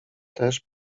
też